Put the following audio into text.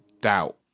doubt